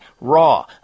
raw